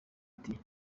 ati